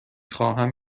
خواهم